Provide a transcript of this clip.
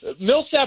Millsap